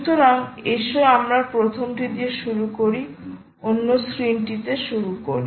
সুতরাং আসো আমরা প্রথমটি দিয়ে শুরু করি অন্য স্ক্রিনটিতে শুরু করি